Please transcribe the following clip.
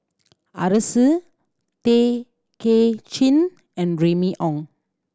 Arasu Tay Kay Chin and Remy Ong